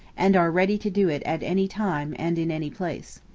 and are ready to do it at any time and in any place.